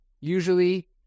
Usually